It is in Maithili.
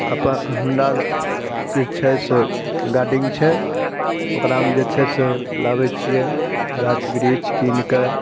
अपन हमरा जे छै से गार्डिंग छै ओकरामे जे छै से लाबै छियै गाछ वृक्ष कीन कए